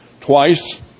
twice